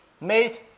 made